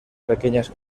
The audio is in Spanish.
pequeñas